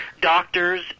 doctors